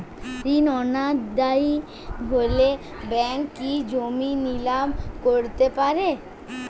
ঋণ অনাদায়ি হলে ব্যাঙ্ক কি জমি নিলাম করতে পারে?